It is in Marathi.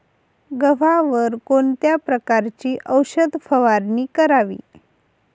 गव्हावर कोणत्या प्रकारची औषध फवारणी करावी?